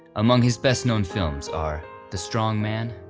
among his best-known films are the strongman,